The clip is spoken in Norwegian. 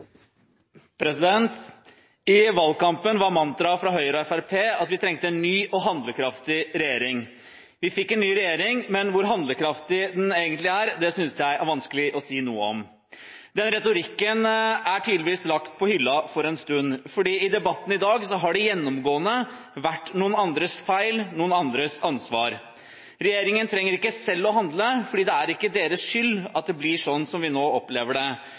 I valgkampen var mantraet fra Høyre og Fremskrittspartiet at vi trengte en ny og handlekraftig regjering. Vi fikk en ny regjering, men hvor handlekraftig den egentlig er, synes jeg er vanskelig å si noe om. Den retorikken er tydeligvis lagt på hylla for en stund. I debatten i dag har det gjennomgående vært noen andres feil – noen andres ansvar. Regjeringen trenger ikke selv å handle, for det er ikke deres skyld at det blir sånn som vi nå opplever det.